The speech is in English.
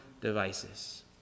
devices